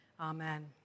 Amen